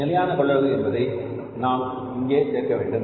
நிலையான கொள்ளளவு என்பதை நாம் இங்கே சேர்த்த வேண்டும்